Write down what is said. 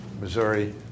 Missouri